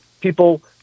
people